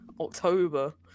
October